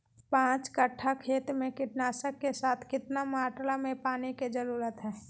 पांच कट्ठा खेत में कीटनाशक के साथ कितना मात्रा में पानी के जरूरत है?